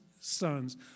sons